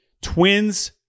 Twins